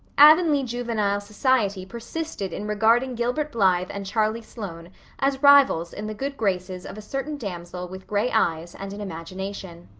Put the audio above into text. avonlea juvenile society persisted in regarding gilbert blythe and charlie sloane as rivals in the good graces of a certain damsel with gray eyes and an imagination.